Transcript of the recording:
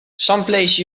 someplace